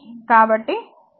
కాబట్టి కరెంట్ 1